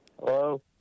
Hello